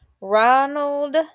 Ronald